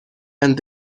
and